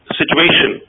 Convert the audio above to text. situation